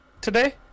today